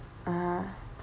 ah